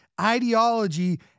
ideology